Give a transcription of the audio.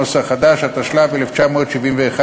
התשל"ב 1971,